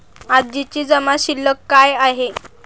आजची जमा शिल्लक काय आहे?